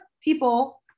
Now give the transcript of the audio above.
people